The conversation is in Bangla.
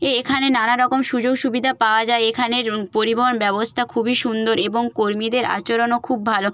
এ এখানে নানা রকম সুযোগ সুবিধা পাওয়া যায় এখানের পরিবহণ ব্যবস্থা খুবই সুন্দর এবং কর্মীদের আচরণও খুব ভালো